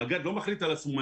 המג"ד לא מחליט על עצמו.